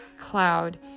cloud